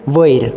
वयर